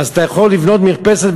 אתה יכול לבנות מרפסת,